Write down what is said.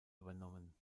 übernommen